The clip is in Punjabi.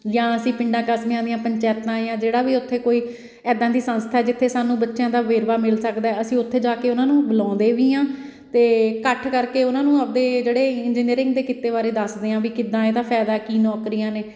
ਜਾਂ ਅਸੀਂ ਪਿੰਡਾਂ ਕਸਬਿਆਂ ਦੀਆਂ ਪੰਚਾਇਤਾਂ ਜਾਂ ਜਿਹੜਾ ਵੀ ਉੱਥੇ ਕੋਈ ਇੱਦਾਂ ਦੀ ਸੰਸਥਾ ਜਿੱਥੇ ਸਾਨੂੰ ਬੱਚਿਆਂ ਦਾ ਵੇਰਵਾ ਮਿਲ ਸਕਦਾ ਅਸੀਂ ਉੱਥੇ ਜਾ ਕੇ ਉਹਨਾਂ ਨੂੰ ਬਲਾਉਂਦੇ ਵੀ ਹਾਂ ਅਤੇ ਇਕੱਠ ਕਰਕੇ ਉਹਨਾਂ ਨੂੰ ਆਪਣੇ ਜਿਹੜੇ ਇੰਜੀਨੀਅਰਿੰਗ ਦੇ ਕਿੱਤੇ ਬਾਰੇ ਦੱਸਦੇ ਹਾਂ ਵੀ ਕਿੱਦਾਂ ਇਹਦਾ ਫਾਇਦਾ ਕੀ ਨੌਕਰੀਆਂ ਨੇ